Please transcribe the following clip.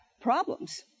problems